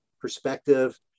perspective